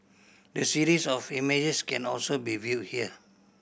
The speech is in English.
the series of images can also be viewed here